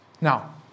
now